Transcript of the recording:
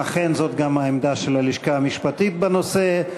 אכן, זאת גם העמדה של הלשכה המשפטית בנושא.